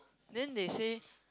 then they say